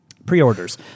pre-orders